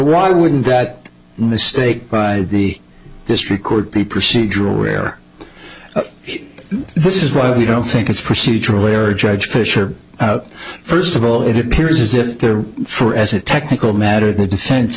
why wouldn't that mistake by the district court be procedural rare this is why we don't think it's procedurally or judge fisher out first of all it appears as if they're for as a technical matter the de